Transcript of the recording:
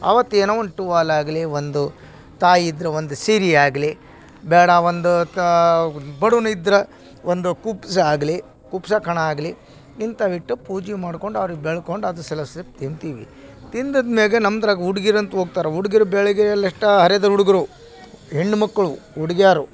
ಅವತ್ತು ಏನೋ ಒಂದು ಟುವಾಲ್ ಆಗಲಿ ಒಂದು ತಾಯಿ ಇದ್ರೆ ಒಂದು ಸೀರೆ ಆಗಲಿ ಬೇಡ ಒಂದು ಬಡವನು ಇದ್ರೆ ಒಂದು ಕುಪ್ಸ ಆಗಲಿ ಕುಪ್ಸ ಕಣ ಆಗಲಿ ಇಂಥವಿಟ್ಟು ಪೂಜೆ ಮಾಡ್ಕೊಂಡು ಅವ್ರಿಗೆ ಬೆಳ್ಕೊಂಡು ಅದು ಸ್ವಲ್ಪ್ ಸ್ವಲ್ಪ್ ತಿಂತೀವಿ ತಿಂದಾದ ಮೇಲೆ ನಮ್ಮದ್ರಾಗ್ ಹುಡ್ಗಿರನ್ ತಗೊತಾರೆ ಹುಡ್ಗಿರ್ ಬೆಳ್ಗೆ ಎಷ್ಟು ಹರೆಯದ ಹುಡುಗ್ರು ಹೆಣ್ಣು ಮಕ್ಕಳು ಹುಡುಗ್ಯಾರು